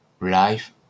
life